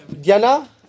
Diana